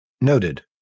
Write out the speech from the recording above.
Noted